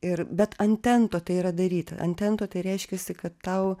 ir bet an tento tai yra daryta an tento tai reiškiasi kad tau